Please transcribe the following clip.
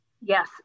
Yes